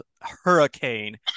hurricane